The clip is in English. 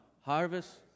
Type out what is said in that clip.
Harvest